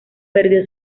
perdió